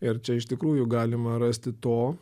ir čia iš tikrųjų galima rasti to